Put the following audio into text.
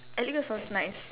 eleger sounds nice